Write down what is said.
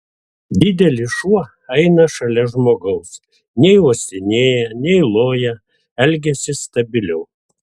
didelis šuo eina šalia žmogaus nei uostinėją nei loja elgiasi stabiliau